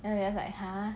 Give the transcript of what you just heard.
then we just like !huh!